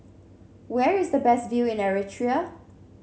where is the best view in Eritrea